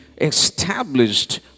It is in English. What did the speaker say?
established